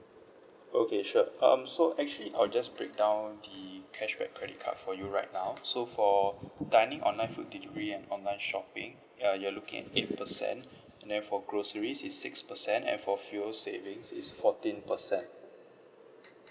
okay sure um so actually I will just break down the cashback credit card for you right now so for dining online food delivery and online shopping ya you're looking at eight percent and then for groceries is six percent and for fuel savings is fourteen percent